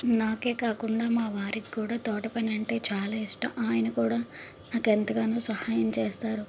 నాకే కాకుండా మా వారికి కూడా తోట పని అంటే చాలా ఇష్టం ఆయన కూడా నాకు ఎంతగానో సహాయం చేస్తారు